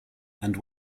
and